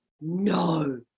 No